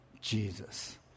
jesus